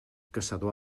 caçador